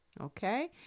Okay